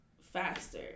faster